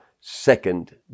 second